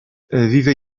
vive